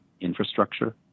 infrastructure